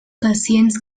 pacients